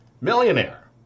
millionaire